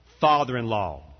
father-in-law